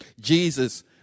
Jesus